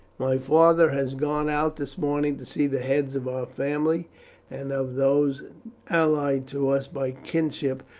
my father has gone out this morning to see the heads of our family and of those allied to us by kinship,